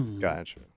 Gotcha